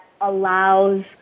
allows